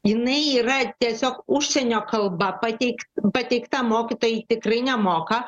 jinai yra tiesiog užsienio kalba pateikta pateikta mokytojai tikrai nemoka